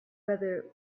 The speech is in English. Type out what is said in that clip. whether